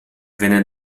viene